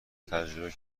تجربه